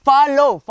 Follow